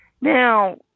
Now